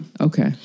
Okay